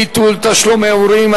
ביטול תשלומי הורים),